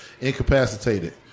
Incapacitated